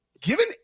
given